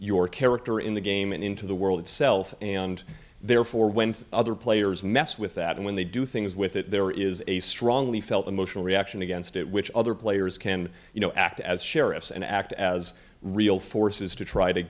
your character in the game and into the world itself and therefore when other players mess with that and when they do things with it there is a strongly felt emotional reaction against it which other players can you know act as sheriffs and act as real forces to try to